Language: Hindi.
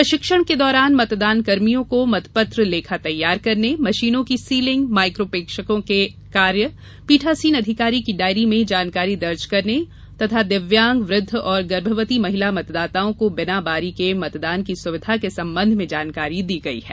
प्रशिक्षण के दौरान मतदान कर्मियों को मतपत्र लेखा तैयार करने मशीनों की सीलिंग माइक्रो प्रेक्षकों के कार्य पीठासीन अधिकारी की डायरी में जानकारी दर्ज करने तथा दिव्यांग वृद्ध और गर्भवती महिला मतदाताओं को बिना बारी के मतदान की सुविधा के संबंध में जानकारी दी गई है